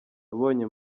nabonye